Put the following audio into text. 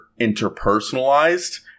interpersonalized